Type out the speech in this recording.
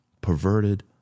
perverted